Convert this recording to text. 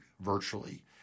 virtually